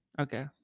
Okay